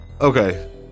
Okay